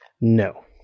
No